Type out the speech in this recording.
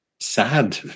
Sad